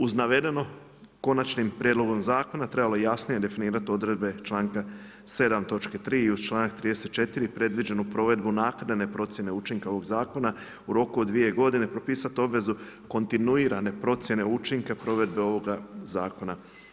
Uz navedeno konačnim prijedlogom zakona trebalo je jasnije definirati odredbe članka 7. točke 3. i uz članak 34. predviđenu provedbu naknade procjene učinka ovog zakona u roku od dvije godine propisat obvezu kontinuirane procjene učinka provedbe ovoga zakona.